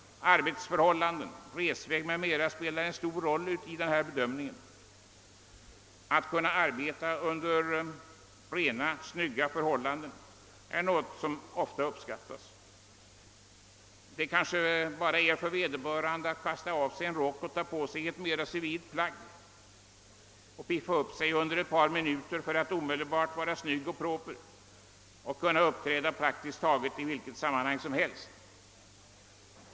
Arbetsförhållanden, resväg m.m. spelar stor roll vid bedömningen. Att kunna arbeta under rena, snygga förhållanden är något som ofta uppskattas. Vederbörande kanske bara behöver kasta av sig en rock och ta på sig ett mera civilt plagg samt piffa upp sig under ett par minuter för att vara snygg och proper och kunna uppträda i praktiskt taget vilket sammanhang som helst.